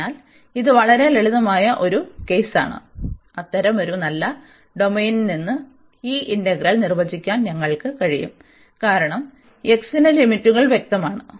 അതിനാൽ ഇത് വളരെ ലളിതമായ ഒരു കേസാണ് അത്തരമൊരു നല്ല ഡൊമെയ്നിന് ഈ ഇന്റഗ്രൽ നിർവചിക്കാൻ ഞങ്ങൾക്ക് കഴിയും കാരണം x ന് ലിമിറ്റുകൾ വ്യക്തമാണ്